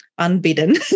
Unbidden